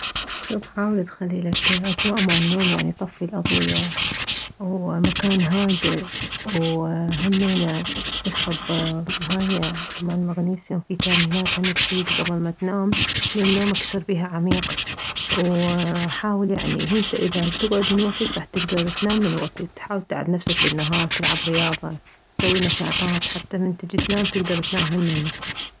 شوف حاول تخليلك اجواء مالنوم يعني طفي الاضوية ومكان هاديء وهمينه اشرب هاي مالمغنيسيوم فيتامينات هم تفيد كبل ما اتنام لان نومك يصير بيها عميق وحاول يعني اذا تكدر تكعد من وكت راح تنام من وكت حاول تتعب نفسك بالنهار تلعب رياضة سوي نشاطات حتى من تجي تنام تكدر تنام تكدر تنام همينه